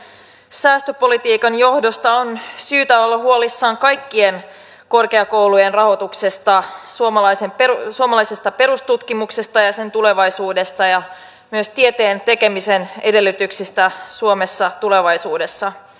tämän hallituksen säästöpolitiikan johdosta on syytä olla huolissaan kaikkien korkeakoulujen rahoituksesta suomalaisesta perustutkimuksesta ja sen tulevaisuudesta ja myös tieteen tekemisen edellytyksistä suomessa tulevaisuudessa